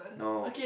no